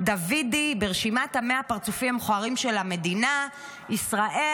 דוידי: "ברשימת ה-100 הפרצופים המכוערים של מדינה ישראל